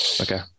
Okay